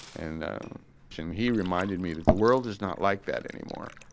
and he reminded me that the world is not like that anymore.